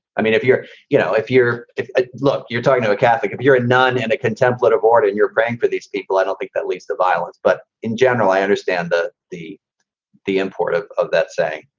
i mean, if you're you know, if you're if ah look, you're talking to a catholic, if you're a nun and a contemplative order in your brain for these people, i don't think that leads to violence. but in general, i understand that the the importance of that, say,